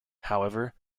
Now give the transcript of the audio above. however